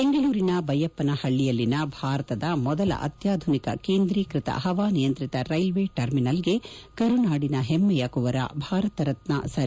ಬೆಂಗಳೂರಿನ ಬೈಯಪ್ಪನಪಳ್ಳಿಯಲ್ಲಿನ ಭಾರತದ ಮೊದಲ ಅತ್ಯಾಧುನಿಕ ಕೇಂದ್ರೀಕೃತ ಹವಾನಿಯಂತ್ರಿತ ರೈಲ್ವೆ ಟರ್ಮಿನಲ್ಗೆ ಕರುನಾಡಿನ ಹೆಮ್ಮೆಯ ಕುವರ ಭಾರತರತ್ನ ಸರ್